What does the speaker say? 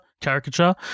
caricature